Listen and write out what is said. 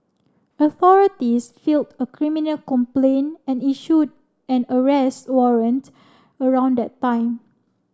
authorities filed a criminal complaint and issued an arrest warrant around that time